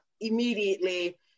immediately